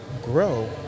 grow